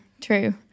true